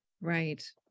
Right